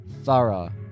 Thorough